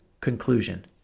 Conclusion